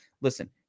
Listen